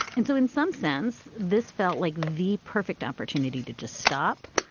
and so in some sense, this felt like the perfect opportunity to just stop,